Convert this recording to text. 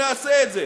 נעשה את זה.